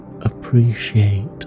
appreciate